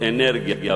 אנרגיה,